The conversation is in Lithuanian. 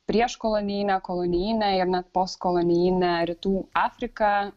prieš kolonijinę kolonijinę ir net postkolonijinę rytų afriką